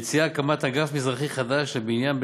מציעה הקמת אגף מזרחי חדש לבניין,